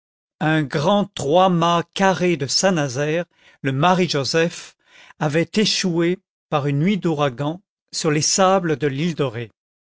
un grand trois-mâts carré de saint-nazaire le marie joseph avait échoué par une nuit d'ouragan sur les sables de l'île de ré